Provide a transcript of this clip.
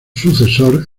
sucesor